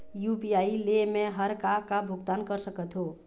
UPI ले मे हर का का भुगतान कर सकत हो?